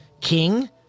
King